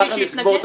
אני היחידי שיתנגד?